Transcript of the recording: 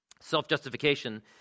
Self-justification